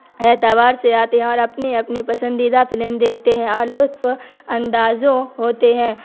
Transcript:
اعتبار سے آتے ہیں اور اپنی اپنی پسندیدہ فلم دیکھتے ہیں اور لطف اندوز ہوتے ہیں